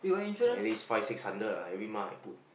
at least five six hundred ah every month I put